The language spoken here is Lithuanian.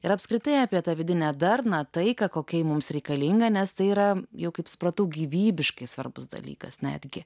ir apskritai apie tą vidinę darną taiką kokia mums reikalinga nes tai yra jo kaip supratau gyvybiškai svarbus dalykas netiki